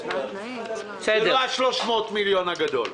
זה לא ה-300 מיליון שקלים הגדול.